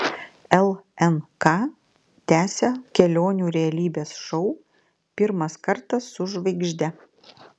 lnk tęsia kelionių realybės šou pirmas kartas su žvaigžde